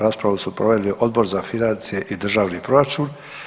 Raspravu su proveli Odbor za financije i državni proračun.